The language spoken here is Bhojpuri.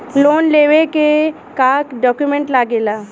लोन लेवे के का डॉक्यूमेंट लागेला?